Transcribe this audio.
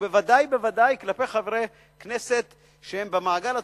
ובוודאי ובוודאי חברי כנסת שהם במעגל הציוני,